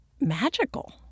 magical